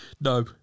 no